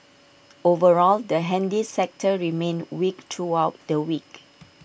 overall the handy sector remained weak throughout the week